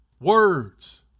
Words